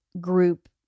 group